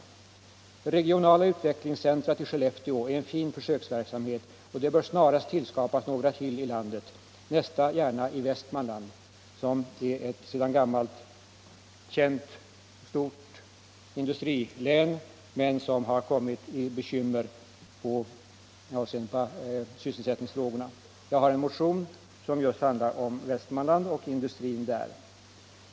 Det regionala utvecklingscentrum i Skellefteå är en fin försöksverksamhet, och det bör snarast skapas några center till i landet — nästa gärna i Västmanland, som är ett sedan gammalt känt stort industrilän men som har fått bekymmer med sysselsättningen. Jag har väckt en motion som just handlar om Västmanland och industrin där.